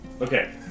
Okay